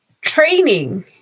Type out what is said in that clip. Training